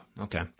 Okay